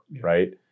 right